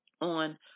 on